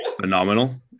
phenomenal